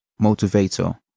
motivator